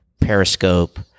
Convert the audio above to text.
Periscope